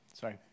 Sorry